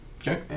Okay